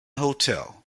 hotel